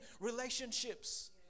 relationships